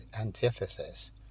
antithesis